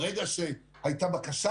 ברגע שהייתה בקשה,